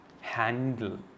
handle